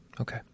okay